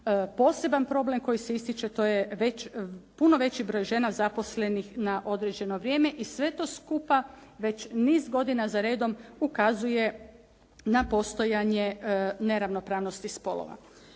Poseban problem koji se ističe, to je već puno veći broj žena zaposlenih na određeno vrijeme i sve to skupa već niz godina za redom ukazuje na postojanje neravnopravnosti spolova.